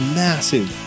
massive